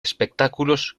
espectáculos